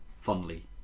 fondly